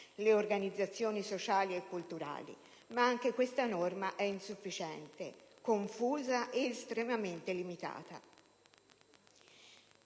le organizzazioni sociali e culturali: anche questa norma, però, è insufficiente, confusa ed estremamente limitata.